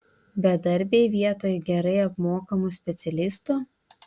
bedarbiai vietoj gerai apmokamų specialistų